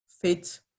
fit